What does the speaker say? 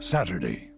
Saturday